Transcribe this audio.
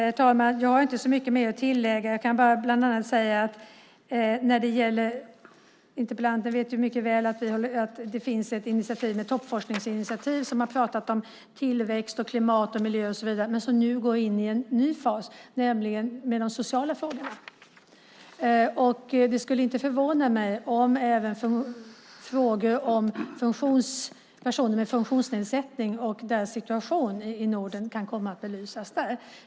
Herr talman! Jag har inte så mycket mer att tillägga. Interpellanten vet mycket väl att det finns ett toppforskningsinitiativ där man pratat om tillväxt, klimat och miljö. Nu går det in i en ny fas och tar upp de sociala frågorna. Det skulle inte förvåna mig om även frågor om personer med funktionsnedsättning och deras situation i Norden kan komma att belysas där.